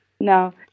No